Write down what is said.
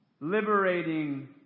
liberating